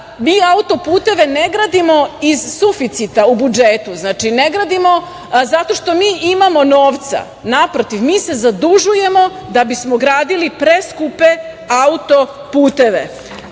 Mi autoputeve ne gradimo iz suficita u budžetu, ne gradimo zato što mi imamo novca, naprotiv, mi se zadužujemo da bismo gradili preskupe autoputeve.